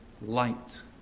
Light